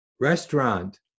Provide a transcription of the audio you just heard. restaurant